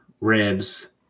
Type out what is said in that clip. ribs